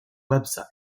website